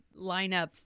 lineup